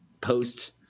post